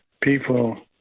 people